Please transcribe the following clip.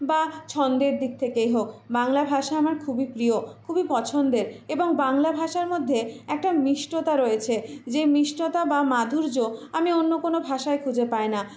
বা ছন্দের দিক থেকেই হোক বাংলা ভাষা আমার খুবই প্রিয় খুবই পছন্দের এবং বাংলা ভাষার মধ্যে একটা মিষ্টতা রয়েছে যে মিষ্টতা বা মাধুর্য আমি অন্য কোন ভাষায় খুঁজে পাই না